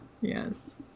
Yes